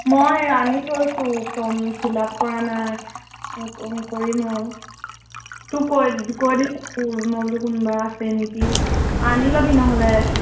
মই আনি থৈছোঁ ফৰ্ম ফিল আপ কৰা নাই কৰিম আৰু তোক কৈ কৈ দিছোঁ মই বোলো কোনোবা আছে নেকি আনি ল'বি নহ'লে